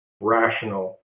rational